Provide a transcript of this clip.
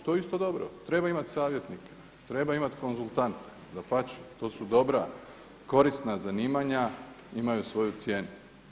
To je isto dobro, treba imati savjetnike, treba imati konzultante dapače, to su dobra, korisna zanimanja imaju svoju cijenu.